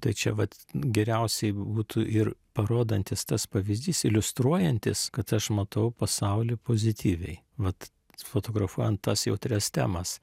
tai čia vat geriausiai būtų ir parodantis tas pavyzdys iliustruojantis kad aš matau pasaulį pozityviai vat fotografuojant tas jautrias temas